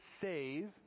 save